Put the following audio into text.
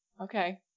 okay